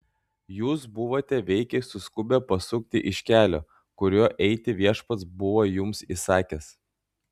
jūs buvote veikiai suskubę pasukti iš kelio kuriuo eiti viešpats buvo jums įsakęs